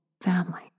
family